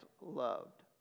loved